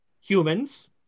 humans